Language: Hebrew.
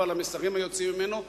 ועל המסרים היוצאים ממנו,